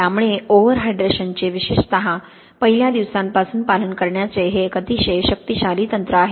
त्यामुळे ओव्हरहायड्रेशनचे विशेषत पहिल्या दिवसापासून पालन करण्याचे हे एक अतिशय शक्तिशाली तंत्र आहे